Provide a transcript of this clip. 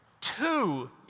two